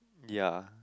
ya